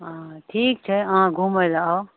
हँ ठीक छै अहाँ घुमय लए आउ